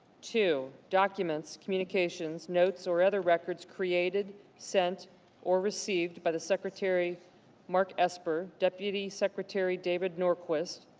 too, documents communications notes or other records created sent or received by the secretary mark aspirin deputy secretary david norquist,